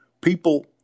people